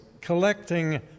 collecting